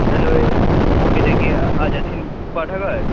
hello এটা কি আজাদ হিন্দ পাঠাগার